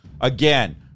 Again